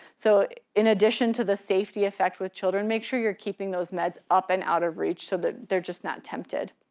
so in addition to the safety effect with children, make sure you're keeping those meds up and out of reach so that they're just not tempted.